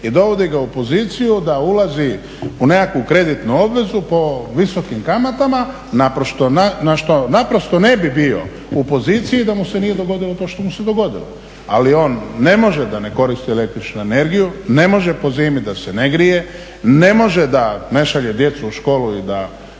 i dovodi ga u poziciju da ulazi u nekakvu kreditnu obvezu po visokim kamatama na što naprosto ne bi bio u poziciji da mu se nije dogodilo to što mu se dogodilo. Ali on ne može da ne koristi električnu energiju, ne može po zimi da se ne grije, ne može da ne šalje djecu u školu i da